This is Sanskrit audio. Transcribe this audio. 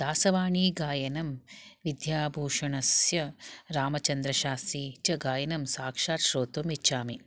दासवाणी गायनं विद्याभूषणस्य रामचन्द्रशास्त्री च गायनं साक्षात् श्रोतुम् इच्छामि